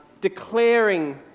Declaring